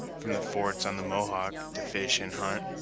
from the forts on the mohawk, to fish and hunt,